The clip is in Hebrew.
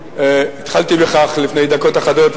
התחלתי בכך לפני דקות אחדות,